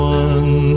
one